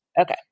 Okay